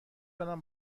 دارم